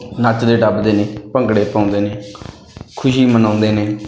ਨੱਚਦੇ ਟੱਪਦੇ ਨੇ ਭੰਗੜੇ ਪਾਉਂਦੇ ਨੇ ਖੁਸ਼ੀ ਮਨਾਉਂਦੇ ਨੇ